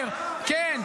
כן,